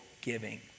giving